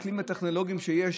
עם הכלים הטכנולוגיים שיש,